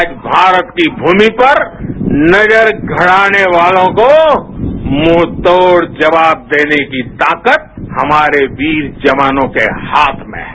आज भारत की भूमि पर नजर गड़ाने वालों को मुंह तोड़ जवाब देने की ताकत हमारे वीर जवानों के हाथ में है